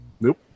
nope